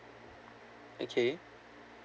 okay